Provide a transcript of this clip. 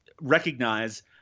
recognize